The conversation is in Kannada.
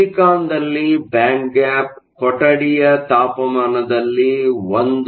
ಸಿಲಿಕಾನ್ ದಲ್ಲಿ ಬ್ಯಾಂಡ್ ಗ್ಯಾಪ್ ಕೊಠಡಿಯ ತಾಪಮಾನದಲ್ಲಿ 1